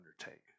undertake